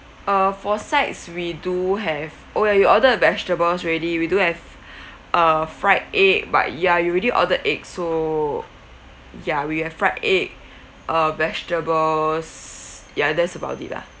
uh for sides we do have oh ya you ordered vegetables already we do have uh fried egg but ya you already ordered egg so ya we have fried egg uh vegetables ya that's about it lah